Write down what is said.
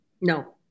No